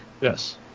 Yes